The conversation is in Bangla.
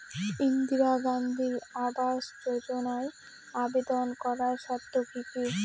ইন্দিরা গান্ধী আবাস যোজনায় আবেদন করার শর্ত কি কি?